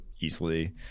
easily